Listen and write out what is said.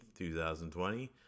2020